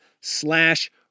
slash